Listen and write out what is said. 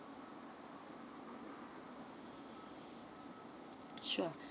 sure